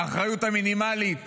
האחריות המינימלית